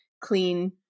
clean